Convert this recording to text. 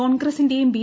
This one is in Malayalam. കോൺഗ്രസിന്റെയും ബി